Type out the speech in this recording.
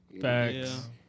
Facts